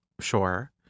Sure